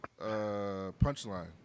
Punchline